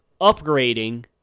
upgrading